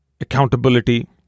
accountability